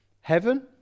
Heaven